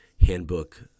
Handbook